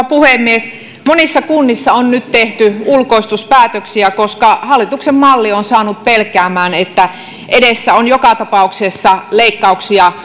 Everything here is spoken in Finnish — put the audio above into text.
puhemies monissa kunnissa on nyt tehty ulkoistuspäätöksiä koska hallituksen malli on saanut pelkäämään että edessä on joka tapauksessa leikkauksia